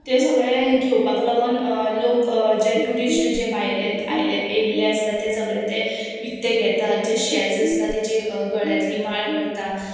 ते सगळे घेवपाक लागोन लोक जे ट्युरिस्ट जे भायले आयले येयल्ले आसता ते सगळे ते विकते घेतात जे शेल्स आसता तेजे गळ्यांतली माळ करता